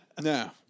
No